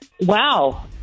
wow